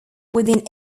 within